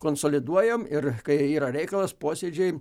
konsoliduojam ir kai yra reikalas posėdžiai